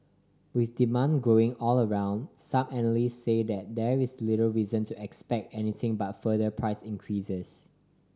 with demand growing all around some analyst say there there is little reason to expect anything but further price increases